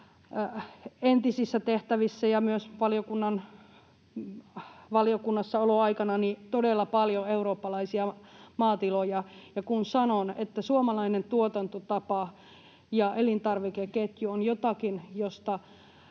entisissä tehtävissä ja myös valiokunnassa ollessani todella paljon eurooppalaisia maatiloja, ja kun sanon, että suomalainen tuotantotapa ja elintarvikeketju on jotakin,